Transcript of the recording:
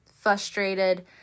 frustrated